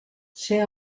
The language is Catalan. ser